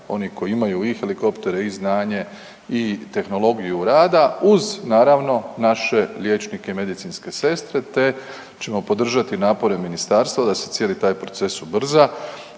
oni koji imaju i helikoptere i znanje i tehnologiju rada uz naravno naše liječnike medicinske sestre te ćemo podržati napore ministarstva da se cijeli taj proces ubrza